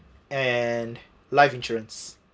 and life insurance